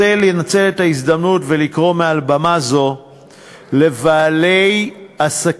אני רוצה לנצל את ההזדמנות ולקרוא מעל במה זו לבעלי עסקים,